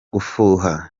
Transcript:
gufuha